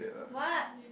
what